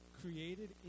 created